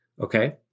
okay